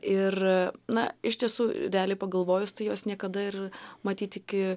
ir na iš tiesų realiai pagalvojus tai jos niekada ir matyt iki